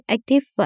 Active